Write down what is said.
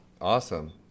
Awesome